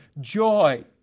joy